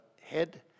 head